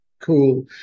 cool